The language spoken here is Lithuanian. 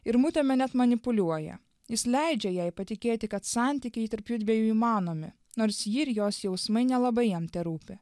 ir mutėme net manipuliuoja jis leidžia jai patikėti kad santykiai tarp jųdviejų įmanomi nors ji ir jos jausmai nelabai jam terūpi